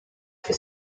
for